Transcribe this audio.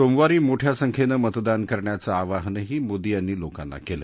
सोमवारी मोठ्या संख्येने मतदान करण्याचं आवाहनही मोदी यांनी लोकांना केलं